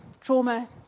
trauma